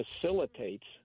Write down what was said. facilitates